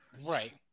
Right